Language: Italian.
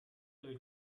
del